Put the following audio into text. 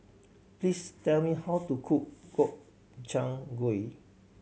please tell me how to cook Gobchang Gui